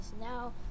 now